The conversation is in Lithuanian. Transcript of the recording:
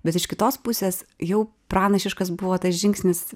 bet iš kitos pusės jau pranašiškas buvo tas žingsnis